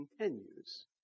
continues